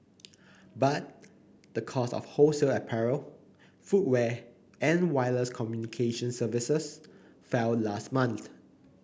but the cost of wholesale apparel footwear and wireless communications services fell last month